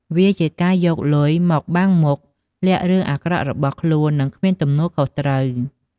វាជាការយកលុយមកបាំងមុខ លាក់រឿងអាក្រក់របស់ខ្លួន និងគ្មានទំនួលខុសត្រូវ។